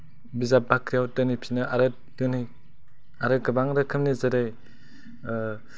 बिजाब बाख्रियाव दोनहैफिनो आरो दोनहै आरो गोबां रोखोमनि जेरै